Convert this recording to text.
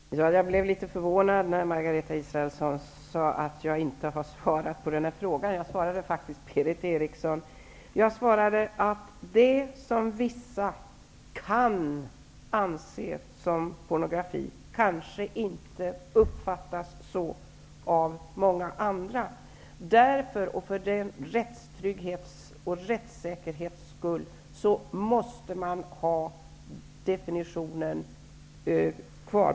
Herr talman! Jag blev litet förvånad när Margareta Israelsson sade att jag inte har svarat på frågan. Jag svarade faktiskt Berith Eriksson. Jag svarade att det som vissa kan anse som pornografi kanske inte uppfattas så av många andra. Därför och för rättstrygghetens och rättssäkerhetens skull måste vi ha definitionen kvar.